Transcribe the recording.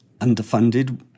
underfunded